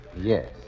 Yes